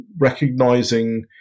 recognizing